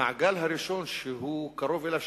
המעגל הראשון שהוא קרוב אליו,